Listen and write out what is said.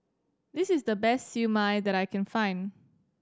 this is the best Siew Mai that I can find